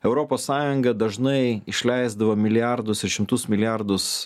europos sąjunga dažnai išleisdavo milijardus ir šimtus milijardus